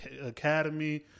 academy